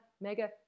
mega